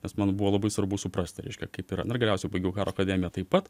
nes man buvo labai svarbu suprasti reiškia kaip ir na ir galiausiai baigiau karo akademiją taip pat